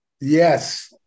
Yes